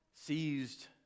seized